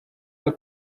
cyo